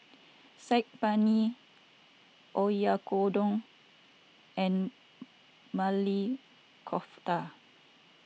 Saag Paneer Oyakodon and Maili Kofta